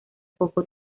poco